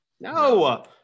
No